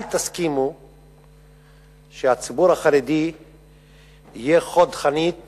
אל תסכימו שהציבור החרדי יהיה חוד חנית